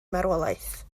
marwolaeth